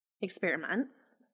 experiments